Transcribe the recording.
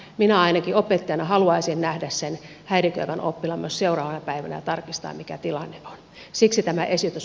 minä ainakin opettajana haluaisin nähdä sen häiriköivän oppilaan myös seuraavana päivänä ja tarkistaa mikä tilanne siksi tämä esitys